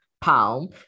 palm